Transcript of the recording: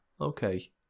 Okay